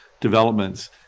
developments